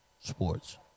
Sports